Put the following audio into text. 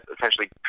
essentially